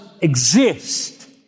exist